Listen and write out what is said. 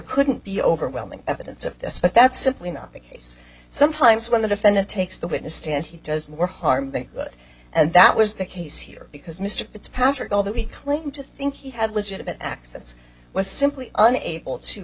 couldn't be overwhelming evidence of this but that's simply not the case sometimes when the defendant takes the witness stand he does more harm than good and that was the case s here because mr fitzpatrick although we claim to think he had legitimate access was simply unable to